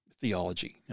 theology